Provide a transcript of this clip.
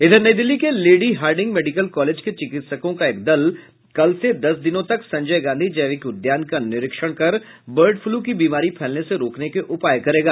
इधर नई दिल्ली के lady Hardinge medical college के चिकित्सकों का एक दल कल से दस दिनों तक संजय गांधी जैविक उद्यान का निरीक्षण कर बर्ड फ्लू की बीमारी फैलने से रोकने के उपाय करेगा